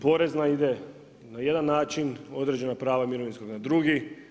Porezna ide na jedan način, određena prava mirovinskoga na drugi.